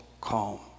calm